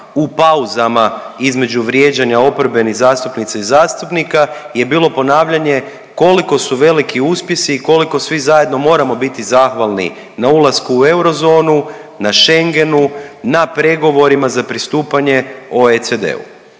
u pauzama između vrijeđanja oporbenih zastupnica i zastupnika je bilo ponavljanje koliko su veliki uspjesi i koliko svi zajedno moramo biti zahvalni na ulasku u eurozonu, na Schengenu, na pregovorima za pristupanje OECD-u